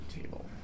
table